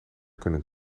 kunnen